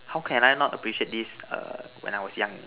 how can I not appreciate this when I was young